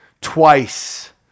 twice